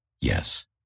Yes